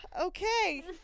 Okay